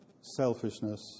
selfishness